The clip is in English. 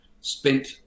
spent